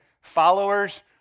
followers